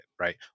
right